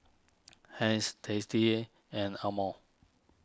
Heinz Tasty and Amore